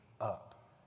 up